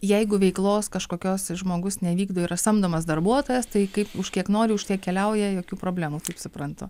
jeigu veiklos kažkokios žmogus nevykdo yra samdomas darbuotojas tai kaip už kiek nori už keliauja jokių problemų kaip suprantu